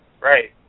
right